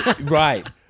right